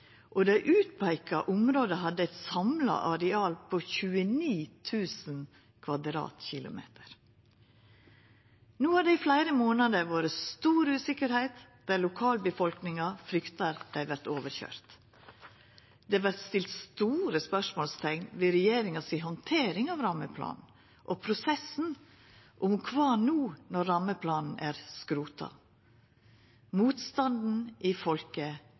og dei utpeika områda hadde eit samla areal på 29 000 km 2 . No har det i fleire månader vore stor usikkerheit, der lokalbefolkninga fryktar at dei vert overkøyrde. Det vert stilt store spørsmålsteikn ved regjeringa si handtering av rammeplanen og prosessen: Kva no når rammeplanen er skrota? Motstanden i folket